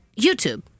YouTube